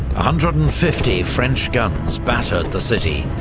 hundred and fifty french guns battered the city,